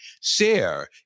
share